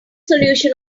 solution